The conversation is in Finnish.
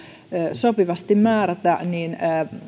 sopivasti määrätä